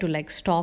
to like stop